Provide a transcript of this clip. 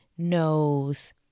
knows